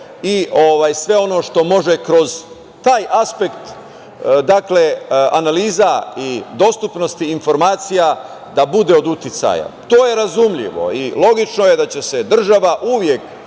i sve ono što može kroz taj aspekt analiza i dostupnosti informacija da bude od uticaja. To je razumljivo i logično je da će se država uvek